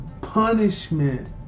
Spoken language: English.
punishment